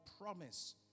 promise